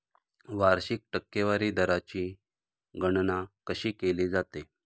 वार्षिक टक्केवारी दराची गणना कशी केली जाते?